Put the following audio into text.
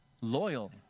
Loyal